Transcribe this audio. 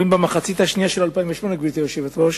אומרים שבמחצית השנייה של 2008, גברתי היושבת-ראש,